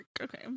Okay